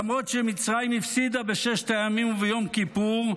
למרות שמצרים הפסידה בששת הימים וביום כיפור,